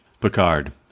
Picard